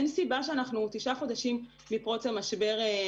אין סיבה שתשעה חודשים מפרוץ המשבר אנחנו